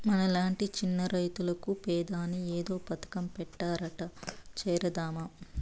మనలాంటి చిన్న రైతులకు పెదాని ఏదో పథకం పెట్టారట చేరదామా